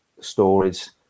stories